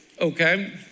Okay